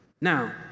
now